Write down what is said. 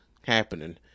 Happening